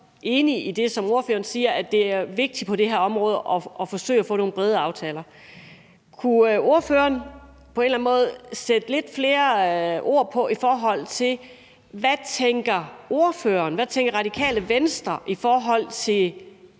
enig i det, som ordføreren siger, nemlig at det er vigtigt på det her område at forsøge at få nogle brede aftaler. Kunne ordføreren på en eller anden måde sætte lidt flere ord på, hvad ordføreren og hvad Radikale Venstre tænker